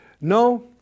No